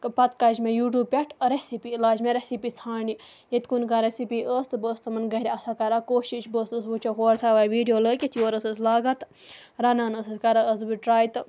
تہٕ پَتہٕ کَجہِ مےٚ یوٗٹیوٗب پٮ۪ٹھ رٮ۪سِپی لاجہِ مےٚ رٮ۪سِپی ژھانٛڈنہِ ییٚتہِ کُنہِ کانٛہہ رٮ۪سِپی ٲس تہٕ بہٕ ٲسٕس تِمَن گَرِ آسان کَران کوشِش بہٕ ٲسٕس وٕچھان ہورٕ تھَوان ویٖڈیو طۄیدعہظ لٲگِتھ یورٕ ٲسٕس لاگان تہٕ رَنان ٲسٕس کَران ٲسٕس بہٕ ٹرٛاے تہٕ